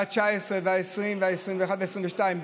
והתשע-עשרה והעשרים והעשרים-ואחת והעשרים-ושתיים,